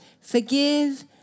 Forgive